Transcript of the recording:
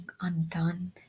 undone